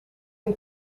een